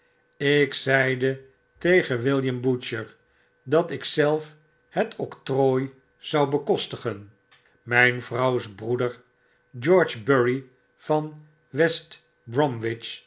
ik zeide tot w b dat ik zelf het octrooi zou bekostigen myn vrouw's broeder george bury van